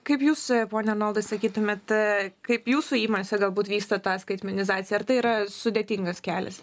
kaip jūs pone anoldai sakytumėte kaip jūsų įmonėse galbūt vyksta tą skaitmenizacija ar tai yra sudėtingas kelias